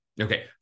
Okay